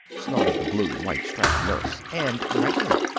snorted the blue-and-white striped nurse, and rightly.